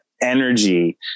energy